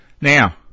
Now